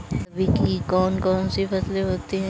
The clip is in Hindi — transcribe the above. रबी की कौन कौन सी फसलें होती हैं?